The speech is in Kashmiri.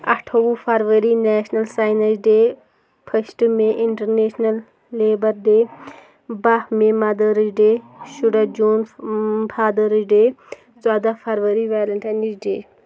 اَٹھووُہ فرؤری national science day first May international labour day باہ مے مَدٲرٕس ڈے شُراہ جوٗن فادٲرٕز ڈے ژۄداہ فرؤری ویلنٹینز ڈے